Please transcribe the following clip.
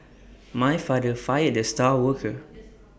my father fired the star worker